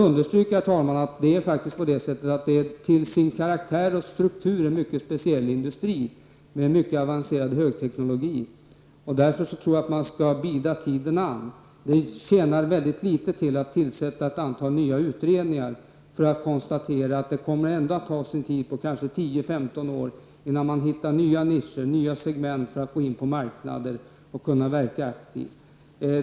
Herr talman! Jag vill understryka att det till sin karaktär och struktur är en mycket speciell industri med mycket avancerad högteknologi. Jag tror därför att man skall bida tiden an. Det tjänar väldigt litet till att tillsätta ett antal nya utredningar för att konstatera att det ändå kommer att ta sin tid, kanske tio till femton år, innan man hittar nya nischer och segment för att gå in på marknader och kunna verka aktivt.